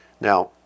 Now